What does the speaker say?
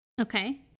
Okay